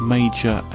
Major